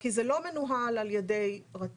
כי זה לא מנוהל על ידי רט"ג,